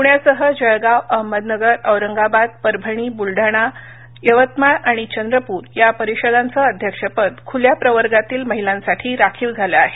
पुण्यासह जळगाव अहमदनगर औरंगाबाद परभणी बुलडाणा यवतमाळ आणि चंद्रपूर या परिषदांचं अध्यक्षपद खूल्या प्रवर्गातील महिलांसाठी राखीव झालं आहे